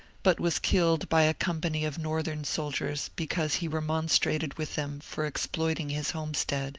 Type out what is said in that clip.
but was killed by a company of northern soldiers because he remonstrated with them for ex ploiting his homestead